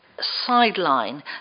sideline